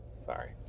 Sorry